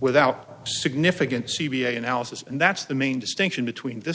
without significant c v a analysis and that's the main distinction between this